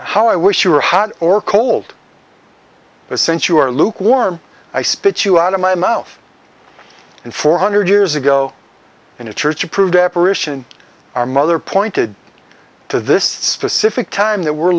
how i wish you were hot or cold the sense you are lukewarm i spit you out of my mouth and four hundred years ago in a church approved apparition our mother pointed to this specific time that we're